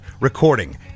recording